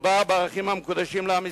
מדובר בערכים המקודשים לעם ישראל.